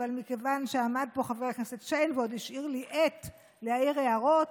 אבל מכיוון שעמד פה חבר הכנסת שיין ועוד השאיר לי עט להעיר הערות,